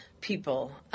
people